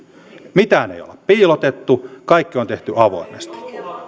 ei olla piilotettu kaikki on tehty avoimesti te